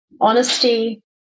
honesty